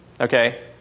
Okay